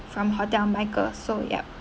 from hotel michael so yup